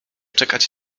czekać